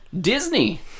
Disney